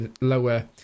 lower